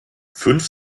fünf